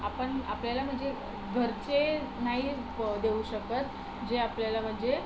आपण आपल्याला म्हणजे घरचे नाही ब देऊ शकत जे आपल्याला म्हणजे